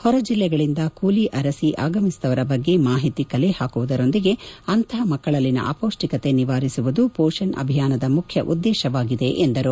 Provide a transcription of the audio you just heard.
ಹೊರಜೆಲ್ಲೆಗಳಿಂದ ಕೂಲಿ ಅರಸಿ ಆಗಮಿಸಿದವರ ಬಗ್ಗೆ ಮಾಹಿತಿ ಕಲೆ ಪಾಕುವುದರೊಂದಿಗೆ ಅಂತಹ ಮಕ್ಕಳಲ್ಲಿನ ಅಪೌಷ್ಠಿಕತೆ ನಿವಾರಿಸುವುದು ಪೋಷಣ್ ಅಭಿಯಾನದ ಮುಖ್ಯ ಉದ್ದೇಶವಾಗಿದೆ ಎಂದರು